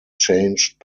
changed